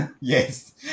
yes